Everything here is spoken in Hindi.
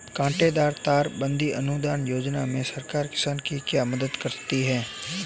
कांटेदार तार बंदी अनुदान योजना में सरकार किसान की क्या मदद करती है?